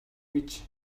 гэж